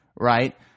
right